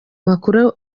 makuru